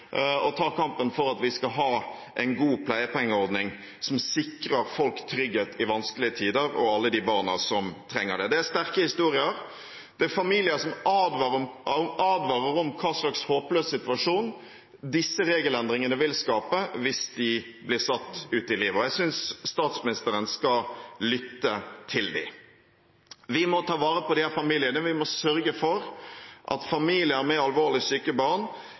kampen for at vi skal ha en god pleiepengeordning, som sikrer folk trygghet i vanskelige tider og alle de barna som trenger det. Det er sterke historier. Det er familier som advarer om hva slags håpløs situasjon disse regelendringene vil skape, hvis de blir satt ut i livet. Jeg synes statsministeren skal lytte til dem. Vi må ta vare på disse familiene. Vi må sørge for at familier med alvorlig syke barn